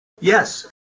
Yes